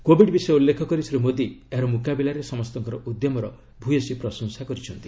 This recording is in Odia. କୋବିଡ୍ ବିଷୟ ଉଲ୍ଲେଖ କରି ଶ୍ରୀ ମୋଦୀ ଏହାର ମୁକାବିଲାରେ ସମସ୍ତଙ୍କର ଉଦ୍ୟମର ଭୂୟସୀ ପ୍ରଶଂସା କରିଛନ୍ତି